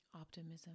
Optimism